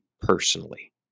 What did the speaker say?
personally